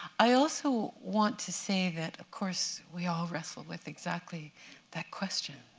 i also want to say that of course, we all wrestle with exactly that question.